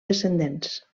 descendents